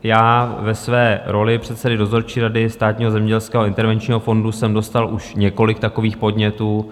Já ve své roli předsedy dozorčí rady Státního zemědělského intervenčního fondu jsem dostal už několik takových podnětů.